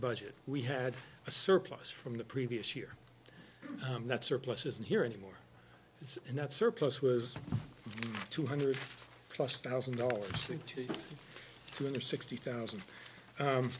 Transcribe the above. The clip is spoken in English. budget we had a surplus from the previous year that surplus isn't here anymore and that surplus was two hundred plus thousand dollars to two hundred sixty thousand